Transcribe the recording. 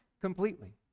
completely